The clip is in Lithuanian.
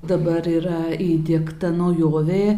dabar yra įdiegta naujovė